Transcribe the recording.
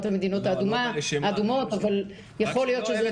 המדינות האדומות אבל יכול להיות שזה עוד